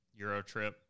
Eurotrip